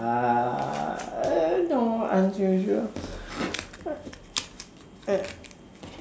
err no unusual